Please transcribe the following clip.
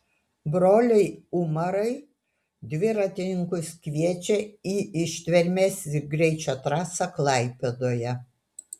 broliai umarai dviratininkus kviečia į ištvermės ir greičio trasą klaipėdoje